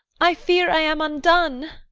i fear i am undone!